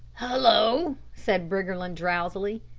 hullo, said briggerland drowsily,